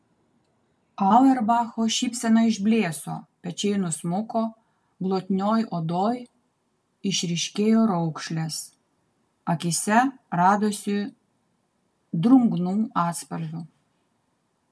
auerbacho šypsena išblėso pečiai nusmuko glotnioj odoj išryškėjo raukšlės akyse radosi drungnų atspalvių